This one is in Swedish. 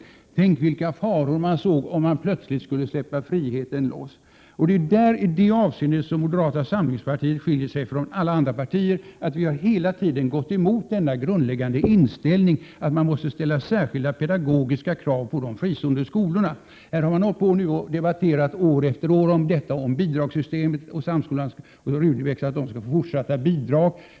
Tänk vilka faror man såg i det fall man plötsligt skulle släppa friheten loss! Det är i detta avseende som moderata samlingspartiet skiljer sig från alla andra partier. Vi har hela tiden gått emot denna grundläggande inställning — att man måste ställa särskilda pedagogiska krav på de fristående skolorna. Här har man hållit på att år efter år debattera om bidragssystemet och om att Göteborgs högre samskola och Sigrid Rudebecks gymnasium skall få fortsatta bidrag.